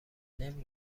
نمی